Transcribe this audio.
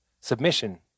submission